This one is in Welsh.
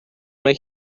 mae